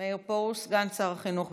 מאיר פרוש, סגן שר החינוך.